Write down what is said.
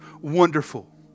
Wonderful